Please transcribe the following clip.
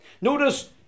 notice